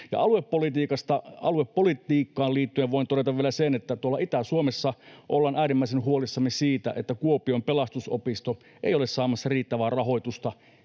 Aluepolitiikkaan liittyen voin todeta vielä sen, että tuolla Itä-Suomessa ollaan äärimmäisen huolissamme siitä, että Kuopion Pelastusopisto ei ole saamassa riittävää rahoitusta